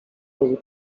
mieli